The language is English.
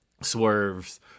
swerves